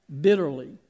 bitterly